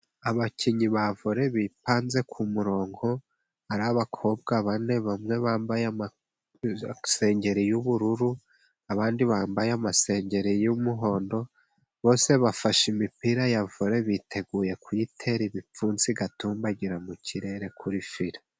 Abakinnyi ba vole bipanze ku murongo; hari abakobwa bane, bamwe bambaye amasengeri y'ubururu, abandi bambaye amasengeri y'umuhondo. Bose bafashe imipira ya vole, biteguye kuyitera ibipfunsi igatumbagira mu kirere kuri fire.